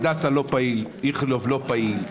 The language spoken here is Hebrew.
הדסה לא פעיל, איכילוב לא פעיל.